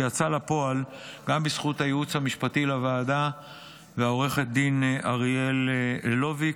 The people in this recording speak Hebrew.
שיצא לפועל גם בזכות הייעוץ המשפטי לוועדה ועו"ד אריאל לוביק,